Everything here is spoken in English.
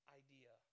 idea